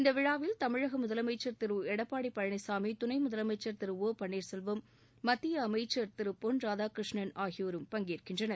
இந்த விழாவில் தமிழக முதலமைச்சர் திரு எடப்பாடி பழனிசாமி துணை முதலமைச்சர் திரு ஒ பள்ளீர்செல்வம் மத்திய அமைச்சர் பொன் ராதாகிருஷ்ணன் ஆகியோரும் பங்கேற்கின்றனர்